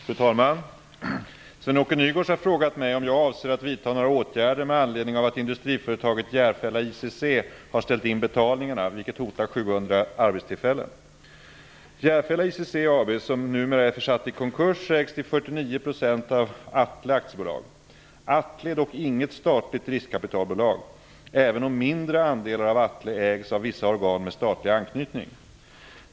Fru talman! Sven-Åke Nygårds har frågat mig om jag avser att vidta några åtgärder med anledning av att industriföretaget Järfälla ICC har ställt in betalningarna, vilket hotar 700 arbetstillfällen. - ägs till 49 % av Atle AB. Atle är dock inget statligt riskkapitalbolag, även om mindre andelar av Atle ägs av vissa organ med statlig anknytning.